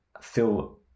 feel